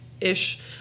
ish